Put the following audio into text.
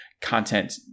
content